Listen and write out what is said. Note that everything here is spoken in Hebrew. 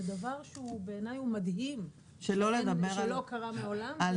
זה דבר שבעיניי הוא מדהים שלא קרה מעולם.